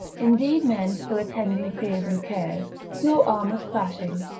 indeed men still attending fears and cares nor armours clashing,